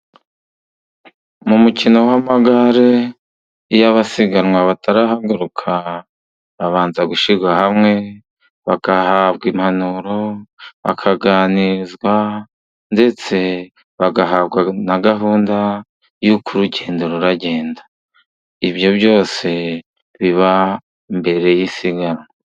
Mu mukino w'amagare y'abasiganwa batarahaguruka babanza gushyirwa hamwe bagahabwa impanuro, bakaganizwa ndetse bagahabwa na gahunda yo ku rugendo rugenda, ibyo byose biba mbere y'isiganwa.